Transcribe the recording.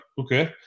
okay